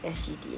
S_G_D